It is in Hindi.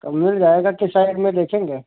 अब मिल जाएगा किस साइड में देखेंगे